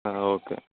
ಹಾಂ ಓಕೆ